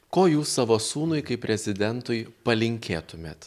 ko jūs savo sūnui kaip prezidentui palinkėtumėt